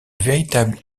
véritable